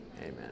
Amen